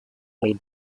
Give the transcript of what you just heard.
may